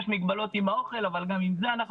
יש מגבלות עם האוכל אבל גם עם זה אנחנו